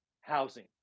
housing